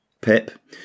Pip